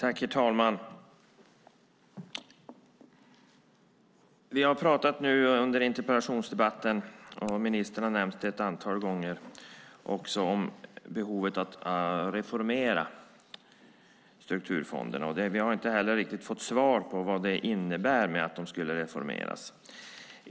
Herr talman! Vi har nu under interpellationsdebatten talat om behovet av att reformera strukturfonderna. Ministern har nämnt det ett antal gånger, men vi har inte riktigt fått svar på vad det innebär att de skulle reformeras.